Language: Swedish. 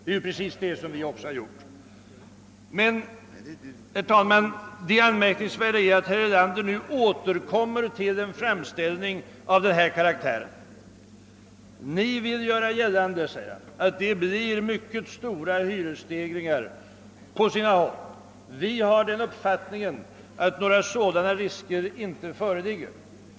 Det borde han vara mycket beredd till, ty det framgår ju av själva propositionen. Det är precis det som också vi har gjort. Men, herr talman, det anmärkningsvärda är att herr Erlander nu återkommer till en framställning av denna karaktär: Ni vill göra gällande, säger han till oss, att det blir mycket stora hyresstegringar på sina håll, men vi socialdemokrater har den uppfattningen att några sådana risker inte föreligger.